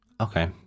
Okay